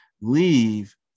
leave